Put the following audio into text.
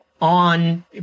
On